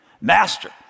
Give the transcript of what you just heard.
Master